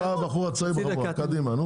בסדר, אתה הבחור הצעיר בחבורה, קדימה.